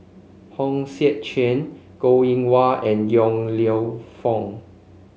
Hong Sek Chern Goh Eng Wah and Yong Lew Foong